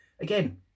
again